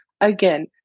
Again